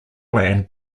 land